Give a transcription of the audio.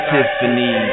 Tiffany